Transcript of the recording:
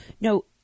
no